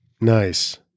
Nice